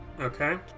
Okay